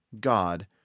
God